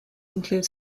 include